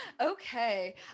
okay